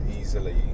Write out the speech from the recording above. easily